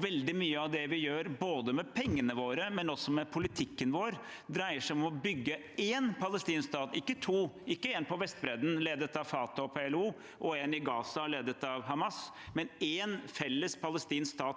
Veldig mye av det vi gjør, både med pengene våre og også med politikken vår, dreier seg om å bygge én palestinsk stat – ikke to, ikke en på Vestbredden, ledet av Fatah og PLO, og en i Gaza, ledet av Hamas, men én felles palestinsk stat